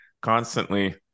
constantly